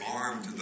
armed